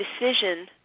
decision